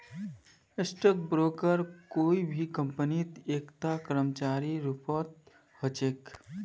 stock broker कोई भी कम्पनीत एकता कर्मचारीर रूपत ह छेक